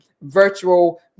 virtual